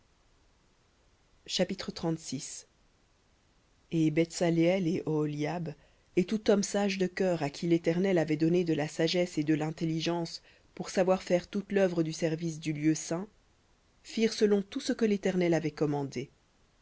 chapitre et betsaleël et oholiab et tout homme sage de cœur à qui l'éternel avait donné de la sagesse et de l'intelligence pour savoir faire toute l'œuvre du service du lieu saint firent selon tout ce que l'éternel avait commandé